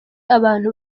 abantu